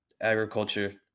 agriculture